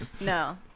No